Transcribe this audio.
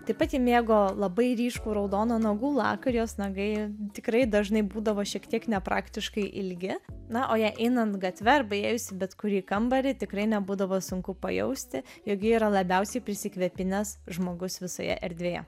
taip pat ji mėgo labai ryškų raudoną nagų laką ir jos nagai tikrai dažnai būdavo šiek tiek nepraktiškai ilgi na o jai einant gatve arba įėjus į bet kurį kambarį tikrai nebūdavo sunku pajausti jog ji yra labiausiai prisikvėpinęs žmogus visoje erdvėje